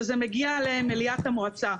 שזה מגיע למליאת המועצה.